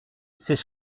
c’est